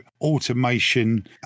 automation